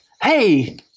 Hey